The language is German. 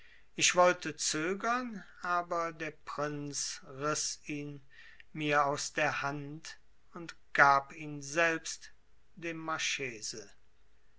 ich wollte zögern aber der prinz riß ihn mir aus der hand und gab ihn selbst dem marchese